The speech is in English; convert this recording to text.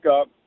up